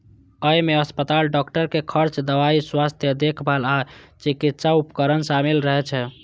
अय मे अस्पताल, डॉक्टर के खर्च, दवाइ, स्वास्थ्य देखभाल आ चिकित्सा उपकरण शामिल रहै छै